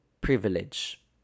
privilege